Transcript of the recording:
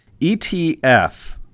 ETF